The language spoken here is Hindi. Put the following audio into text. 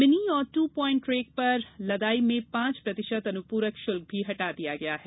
मिनी और टू प्वाइंट रेक पर लदाई में पांच प्रतिशत अनुपूरक शुल्क भी हटा दिया गया है